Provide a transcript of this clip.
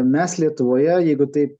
mes lietuvoje jeigu taip